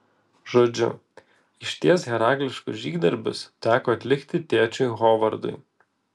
žodžiu išties herakliškus žygdarbius teko atlikti tėčiui hovardui